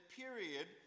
period